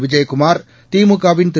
விஜயகுமார் திமுகவின் திரு